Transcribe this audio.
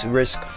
risk